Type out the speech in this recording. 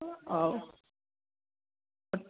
आं